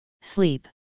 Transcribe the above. sleep